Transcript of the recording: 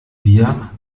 wir